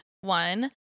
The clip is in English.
one